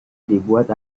dibuat